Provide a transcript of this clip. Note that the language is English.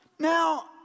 Now